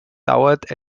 dauert